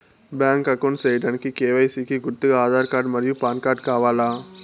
Bank account సేయడానికి KYC కి గుర్తుగా ఆధార్ కార్డ్ మరియు పాన్ కార్డ్ కావాలా?